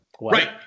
Right